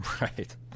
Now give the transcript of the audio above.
Right